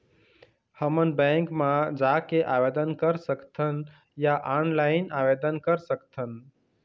हमन बैंक मा जाके आवेदन कर सकथन या ऑनलाइन आवेदन कर सकथन?